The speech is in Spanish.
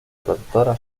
protectora